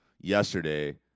yesterday